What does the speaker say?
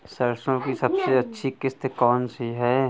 सरसो की सबसे अच्छी किश्त कौन सी है?